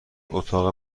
اتاق